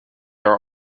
are